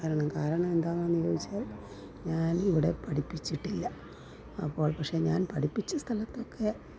കാരണം കാരണം എന്താണെന്ന് ചോദിച്ചാൽ ഞാൻ ഇവിടെ പഠിപ്പിച്ചിട്ടില്ല അപ്പോൾ പക്ഷേ ഞാൻ പഠിപ്പിച്ച സ്ഥലത്തൊക്കെ